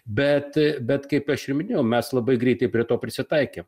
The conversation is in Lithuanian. bet bet kaip aš minėjau mes labai greitai prie to prisitaikėm